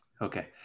okay